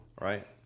Right